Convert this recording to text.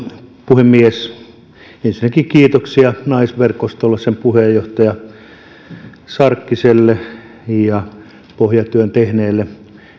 puhemies ensinnäkin kiitoksia naisverkostolle sen puheenjohtaja sarkkiselle ja pohjatyön tehneelle